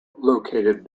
located